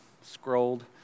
scrolled